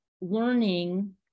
learning